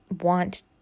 want